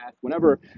whenever